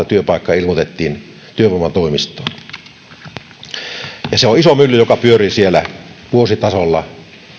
työpaikkaa ilmoitettiin työvoimatoimistoon se on iso mylly joka siellä pyörii vuositasolla